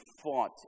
fought